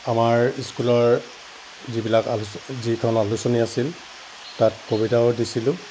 আমাৰ স্কুলৰ যিবিলাক আলোচ যিখন আলোচনী আছিল তাত কবিতাও দিছিলোঁ